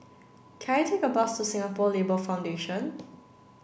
can I take a bus to Singapore Labour Foundation